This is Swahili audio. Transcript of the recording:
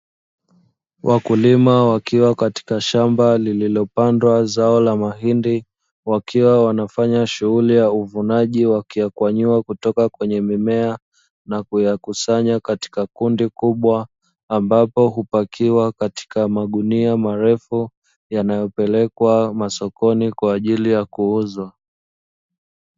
Wakulima wakiwa katika shamba lililopandwa zao la mahindi, wakiwa wanafanya shughuli za uvunaji, wakiyakwanyua kutoka kwenye mimea na kuyakusanya katika kundi kubwa ambapo hupakiwa katika magunia marefu yanayopelekwa masokoni kwaajili ya kuuzwa.